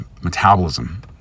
metabolism